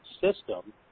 system